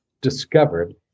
discovered